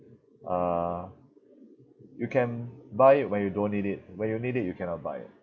uh you can buy it when you don't need it when you need it you cannot buy